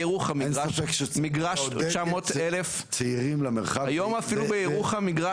אין ספק שצריכים עוד --- צעירים למרחב הכפרי,